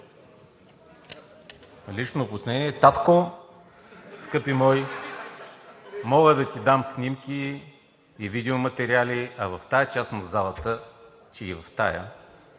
Лично обяснение. Татко, скъпи мой, мога да ти дам снимки и видеоматериали, а в тази част на залата, че и в тази,